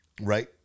Right